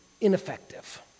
ineffective